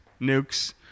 Nukes